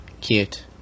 cute